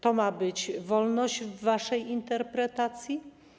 To ma być wolność w waszej interpretacji?